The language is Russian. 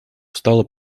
встала